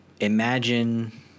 imagine